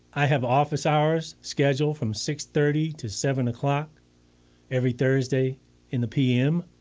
i have office hours scheduled from six thirty to seven o'clock every thursday in the p m.